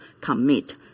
commit